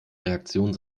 reaktionen